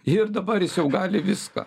ir dabar jis jau gali viską